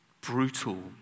brutal